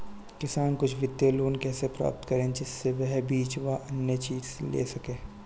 किसान कुछ वित्तीय लोन कैसे प्राप्त करें जिससे वह बीज व अन्य चीज ले सके?